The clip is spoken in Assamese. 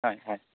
হয় হয়